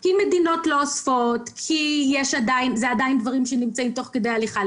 כי מדינות לא אוספות או כי זה עדיין דברים שנמצאים תוך כדי הליכה וכד'.